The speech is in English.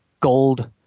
Gold